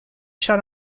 shot